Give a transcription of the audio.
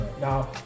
now